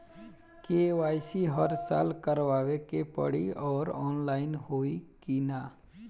KYC हर साल करवावे के पड़ी और ऑनलाइन होई की ना?